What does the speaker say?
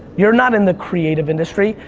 you're not in the creative industry,